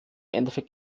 endeffekt